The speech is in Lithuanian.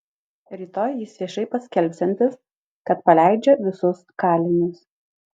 rytoj jis viešai paskelbsiantis kad paleidžia visus kalinius